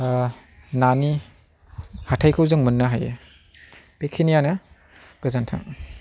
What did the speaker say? नानि हाथायखौ जों मोननो हायो बेखिनियानो गोजोनथों